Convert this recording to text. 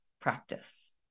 practice